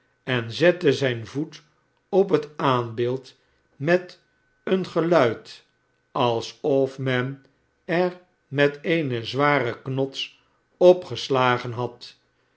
en zette zijn voet op het aanbeeld met een geluid alsof men er met eene zware knods op geslagen had